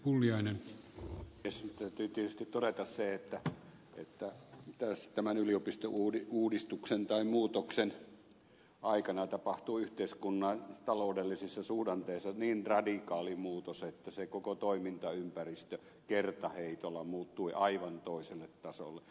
nyt täytyy tietysti todeta se että tämän yliopistouudistuksen tai muutoksen aikana tapahtui yhteiskunnan taloudellisissa suhdanteissa niin radikaali muutos että se koko toimintaympäristö kertaheitolla muuttui aivan toiselle tasolle